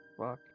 fuck